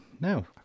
No